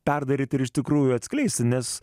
perdaryti ir iš tikrųjų atskleisti nes